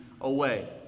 away